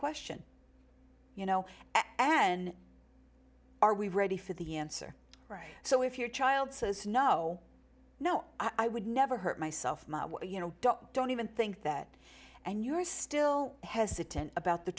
question you know and are we ready for the answer right so if your child says no no i would never hurt myself you know don't even think that and you're still hesitant about the